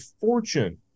fortune